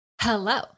hello